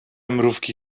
mrówki